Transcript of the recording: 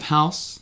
House